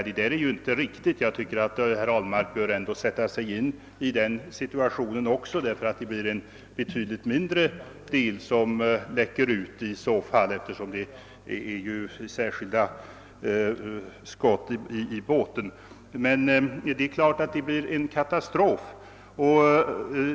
Det är inte riktigt. Jag tycker att herr Ahlmark bör sätta sig in i saken. Det blir bara en mindre del som läcker ut, eftersom det finns skott mellan tankarna i båten. Emellertid är det klart att det kan inträffa en katastrof.